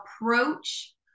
approach